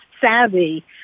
savvy